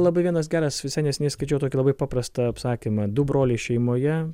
labai vienas geras visai neseniai skaičiau tokį labai paprasta apsakymą du broliai šeimoje